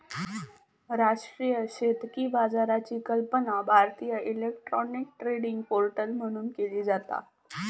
राष्ट्रीय शेतकी बाजाराची कल्पना भारतीय इलेक्ट्रॉनिक ट्रेडिंग पोर्टल म्हणून केली जाता